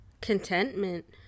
contentment